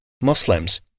Muslims